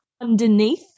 underneath